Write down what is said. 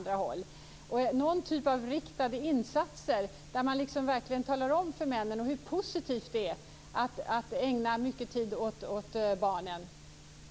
Det behövs någon typ av riktade insatser där man verkligen talar om för männen hur positivt det är att ägna mycket tid åt barnen.